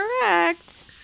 correct